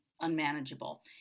unmanageable